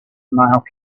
male